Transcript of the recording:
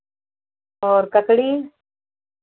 और ककड़ी